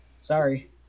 sorry